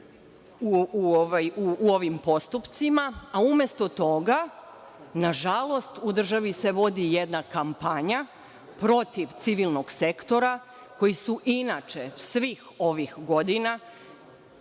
u ovim postupcima. Umesto toga, nažalost, u državi se vodi jedna kampanja protiv civilnog sektora koji se inače svih ovih godina